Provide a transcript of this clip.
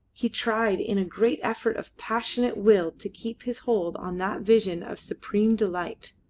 he tried in a great effort of passionate will to keep his hold on that vision of supreme delight.